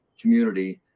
community